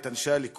את אנשי הליכוד,